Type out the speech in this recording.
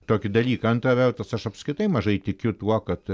tokį dalyką antra vertus aš apskritai mažai tikiu tuo kad